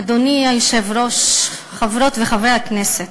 אדוני היושב-ראש, חברות וחברי הכנסת,